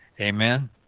Amen